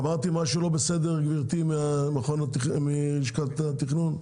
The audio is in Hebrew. אמרתי משהו לא בסדר, גבירתי מלשכת התכנון?